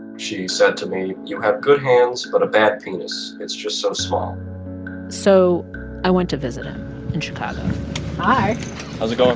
and she said to me, you have good hands but a bad penis. it's just so small so i went to visit him in chicago hi how's it um